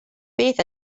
beth